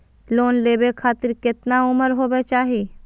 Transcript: Loan लेवे खातिर केतना उम्र होवे चाही?